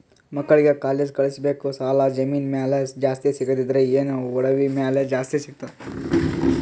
ಮಕ್ಕಳಿಗ ಕಾಲೇಜ್ ಕಳಸಬೇಕು, ಸಾಲ ಜಮೀನ ಮ್ಯಾಲ ಜಾಸ್ತಿ ಸಿಗ್ತದ್ರಿ, ಏನ ಒಡವಿ ಮ್ಯಾಲ ಜಾಸ್ತಿ ಸಿಗತದ?